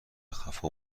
خفا